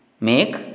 make